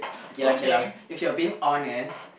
okay lah okay lah if you're being honest